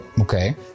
Okay